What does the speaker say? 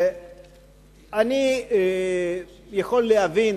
אני יכול להבין,